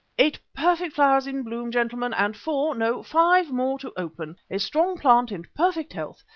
eight perfect flowers in bloom, gentlemen, and four no, five more to open. a strong plant in perfect health,